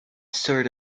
sort